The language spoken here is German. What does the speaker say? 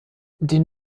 den